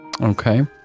Okay